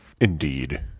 Indeed